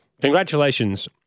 Congratulations